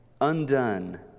undone